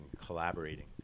collaborating